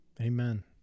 Amen